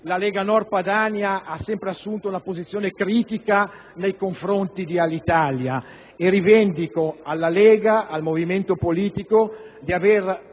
la Lega Nord Padania ha sempre assunto una posizione critica nei confronti di Alitalia. Rivendico al nostro movimento politico di aver